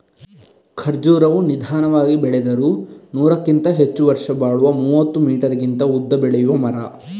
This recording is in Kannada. ಖರ್ಜುರವು ನಿಧಾನವಾಗಿ ಬೆಳೆದರೂ ನೂರಕ್ಕಿಂತ ಹೆಚ್ಚು ವರ್ಷ ಬಾಳುವ ಮೂವತ್ತು ಮೀಟರಿಗಿಂತ ಉದ್ದ ಬೆಳೆಯುವ ಮರ